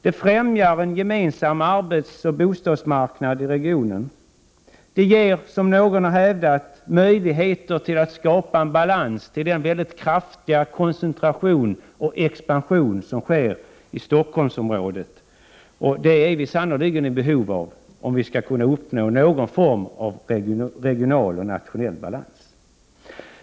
Det främjar en gemensam arbetsmarknad och bostadsmarknad i regionen. Det ger, som någon har hävdat, möjligheter att skapa balans till den mycket kraftiga koncentration och expansion som sker i Stockholmsområdet. Det är vi sannerligen i behov av om vi skall kunna uppnå någon form av nationell och regional balans.